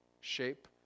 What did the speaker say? shape